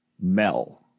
Mel